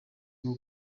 bwo